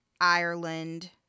Ireland